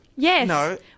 Yes